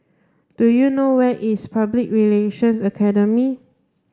do you know where is Public Relations Academy